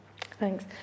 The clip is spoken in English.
Thanks